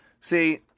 See